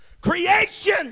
creation